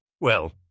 Well